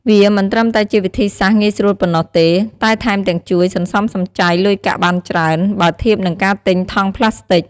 វាមិនត្រឹមតែជាវិធីសាស្ត្រងាយស្រួលប៉ុណ្ណោះទេ តែថែមទាំងជួយ សន្សំសំចៃ លុយកាក់បានច្រើន បើធៀបនឹងការទិញថង់ប្លាស្ទិក។